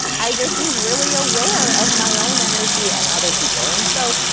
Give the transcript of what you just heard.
i just was really aware of my own energy and other people and so,